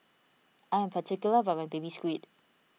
I am particular about my Baby Squid